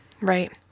Right